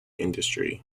industry